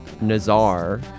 Nazar